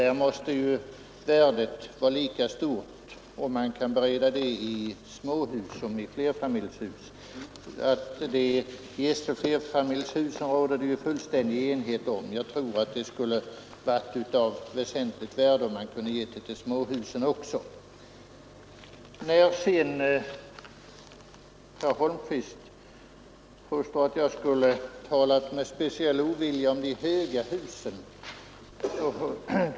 Då måste det vara av lika stort värde om man kan bereda arbete åt byggnadsarbetarna i småhus som om man kan bereda arbete åt dem i flerfamiljshus. Just flerfamiljshusen råder det fullständig enighet om; jag tror att det skulle vara av ett väsentligt värde om man kunde ge stöd även till sanering av småhus. Statsrådet Holmqvist påstod att jag hade talat med speciell ovilja om de höga husen.